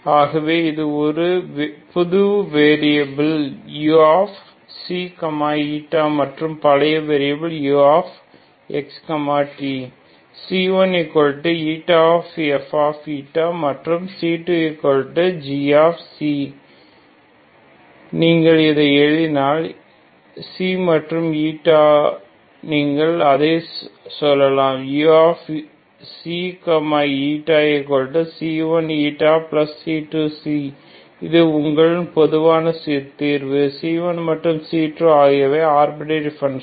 ஆகவே இது அந்த புது வேரியபில் uξη மற்றும் பழைய வேரியபில் uxt c1f மற்றும் c2g இதை நீங்கள் எழுதினால் ξ and η நீங்கள் அதை சொல்லலாம் uξηc1c2 இது உங்கள் பொதுவான தீர்வு c1 மற்றும் c2 ஆகியவை ஆர்பிர்டரி பன்ஷன்